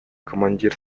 командир